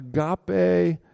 agape